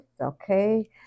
okay